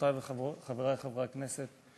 חברותי וחברי חברי הכנסת.